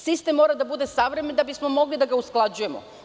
Sistem mora da bude savremen da bi smo mogli da ga usklađujemo.